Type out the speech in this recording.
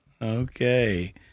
Okay